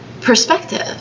perspective